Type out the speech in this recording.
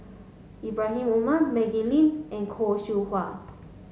Ibrahim Omar Maggie Lim and Khoo Seow Hwa